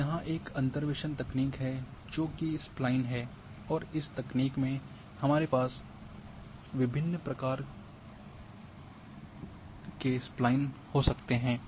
अब यहाँ यह एक और अंतर्वेसन तकनीक है जो कि स्प्लाइन है और इस तकनीक में हमारे पास विभिन्न प्रकार के स्पलाइन हो सकते हैं